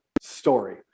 story